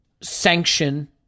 sanction –